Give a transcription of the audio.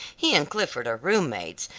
he and clifford are room-mates,